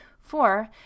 Four